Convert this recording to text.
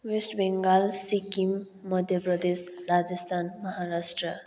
West Bengal Sikkim Madhya Pradesh Rajasthan Maharashtra